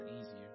easier